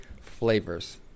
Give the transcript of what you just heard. flavors